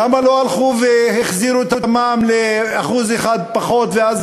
למה לא הלכו והחזירו את המע"מ ל-1% פחות ואז